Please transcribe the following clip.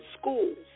schools